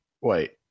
wait